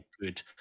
good